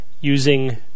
using